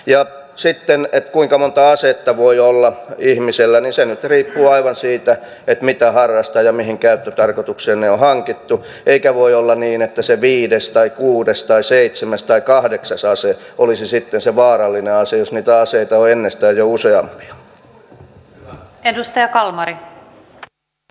ja sitten se kuinka monta asetta voi olla ihmisellä nyt riippuu aivan siitä mitä harrastaa ja mihin käyttötarkoitukseen ne on hankittu eikä voi olla niin että se viides tai kuudes tai seitsemäs tai kahdeksas ase olisi sitten se vaarallinen ase jos niitä aseita on jo ennestään useampia